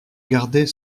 garder